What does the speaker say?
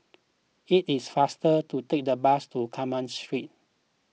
it is faster to take the bus to Carmen Street